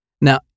Now